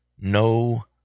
no